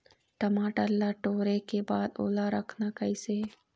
टमाटर ला टोरे के बाद ओला रखना कइसे हे?